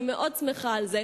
אני מאוד שמחה על זה,